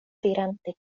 dirante